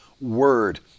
word